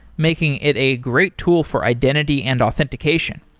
making it a great tool for identity and authentication.